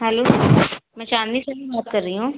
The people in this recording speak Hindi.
हेलो मैं चाँदनी सैनी बात कर रही हूँ